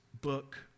book